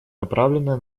направлена